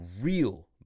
real